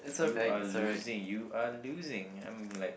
you are losing you are losing I'm like